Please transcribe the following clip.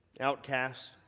Outcast